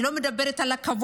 אני לא מדברת על הכבוד,